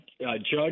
Judge